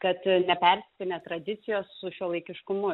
kad nepersipynė tradicijos su šiuolaikiškumu